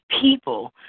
people